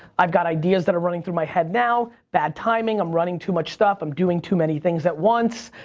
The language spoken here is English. i've got ideas that are running through my head now, bad timing, i'm running too much stuff, i'm doing too many things at once.